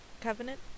covenant